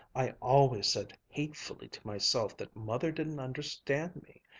i always said hatefully to myself that mother didn't understand me.